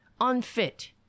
unfit